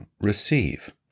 receive